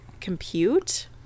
compute